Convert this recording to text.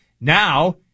Now